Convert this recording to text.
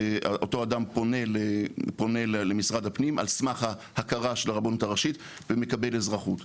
אותו אדם פונה למשרד הפנים על סמך ההכרה של הרבנות הראשית ומקבל אזרחות.